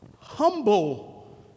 Humble